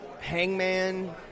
Hangman